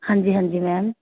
ਹਾਂਜੀ ਹਾਂਜੀ ਮੈਮ